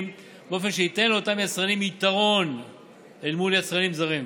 באופן שייתן לאותם ישראלים יתרון אל מול יצרנים זרים.